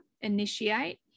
initiate